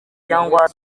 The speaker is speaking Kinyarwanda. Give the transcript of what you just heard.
cyangwa